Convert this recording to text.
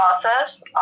process